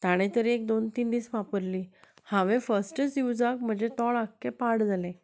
ताणें तरी एक दोन तीन दीस वापरली हांवें फस्टच युजाक म्हजें तोंड आख्खें पाड जालें